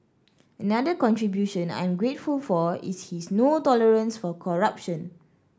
another contribution I'm grateful for is his no tolerance for corruption